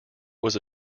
was